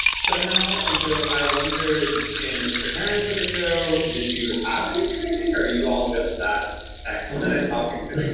somehow. and so i wondered in preparing for the show, did you have any training or you all just that excellent and at talking to?